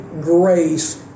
grace